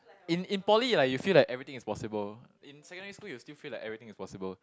in in poly like you feel like everything is possible in secondary school you still feel like everything is possible